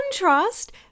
contrast